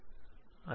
അതെ